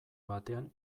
batean